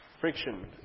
friction